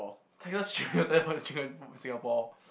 Texas chicken Singapore